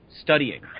studying